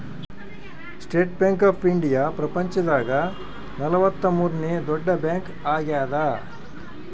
state Bank of India ಪ್ರಪಂಚ ದಾಗ ನಲವತ್ತ ಮೂರನೆ ದೊಡ್ಡ ಬ್ಯಾಂಕ್ ಆಗ್ಯಾದ